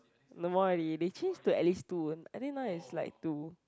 no more already they change to at least two I think now is like two